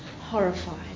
horrified